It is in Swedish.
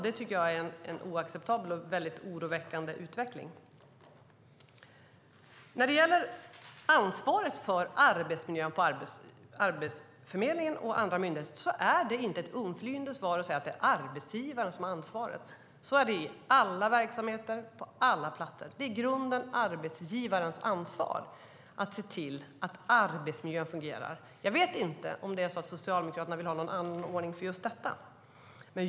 Det tycker jag är en oacceptabel och oroväckande utveckling. När det gäller ansvaret för arbetsmiljön på Arbetsförmedlingen och andra myndigheter är det inte ett undflyende svar att säga att det är arbetsgivaren som har ansvaret. Så är det i alla verksamheter och på alla arbetsplatser. Det är i grunden arbetsgivarens ansvar att se till att arbetsmiljön fungerar. Jag vet inte om Socialdemokraterna vill ha någon annan ordning för just detta.